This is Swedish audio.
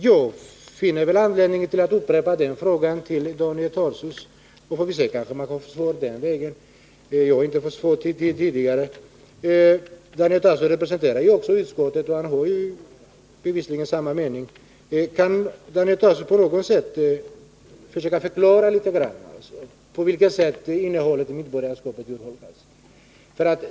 Jag finner anledning att upprepa min fråga till Daniel Tarschys, för att se om jag får svar den här gången. Jag har inte fått något svar tidigare. Daniel Tarschys representerar ju också utskottet och har bevisligen samma mening som utskottsmajoriteten. Kan Daniel Tarschys förklara på vilket sätt innehållet i medborgarskapet urholkas?